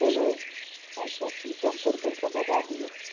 लेबै सबटा चीज कम कम करि करिके लगै दिऔ